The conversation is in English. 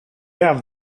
have